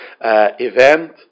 event